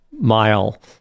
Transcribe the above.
mile